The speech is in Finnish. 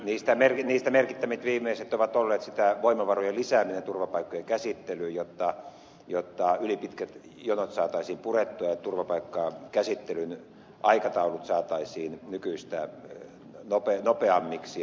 niistä viimeiset merkittävimmät ovat olleet voimavarojen lisääminen turvapaikkojen käsittelyyn jotta ylipitkät jonot saataisiin purettua ja turvapaikkakäsittelyn aikataulut saataisiin nykyistä nopeammiksi